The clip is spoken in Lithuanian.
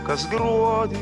kas gruodį